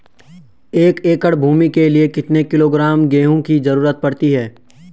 एक एकड़ भूमि के लिए कितने किलोग्राम गेहूँ की जरूरत पड़ती है?